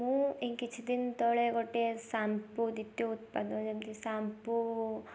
ମୁଁ ଏଇ କିଛି ଦିନ ତଳେ ଗୋଟେ ସାମ୍ପୁ ଉତ୍ପାଦ ଯେମିତି ସାମ୍ପୁ